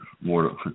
more